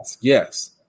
Yes